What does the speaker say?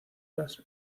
las